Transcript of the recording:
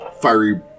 fiery